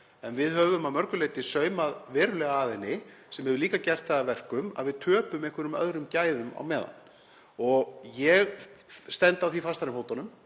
En við höfum að mörgu leyti saumað verulega að henni sem hefur líka gert það að verkum að við töpum einhverjum öðrum gæðum á meðan. Ég stend á því fastar en fótunum